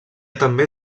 també